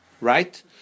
Right